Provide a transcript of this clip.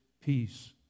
peace